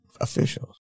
officials